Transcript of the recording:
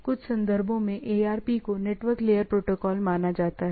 कुछ संदर्भों में ARP को नेटवर्क लेयर प्रोटोकॉल माना जाता है